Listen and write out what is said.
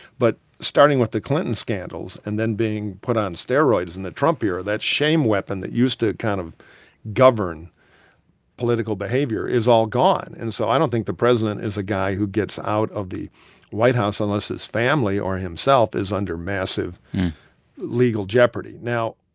but starting with the clinton scandals and then being put on steroids in the trump era, that shame weapon that used to kind of govern political behavior is all gone. and so i don't think the president is a guy who gets out of the white house unless his family or himself is under massive legal jeopardy now,